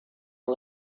and